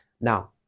Now